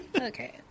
okay